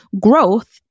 Growth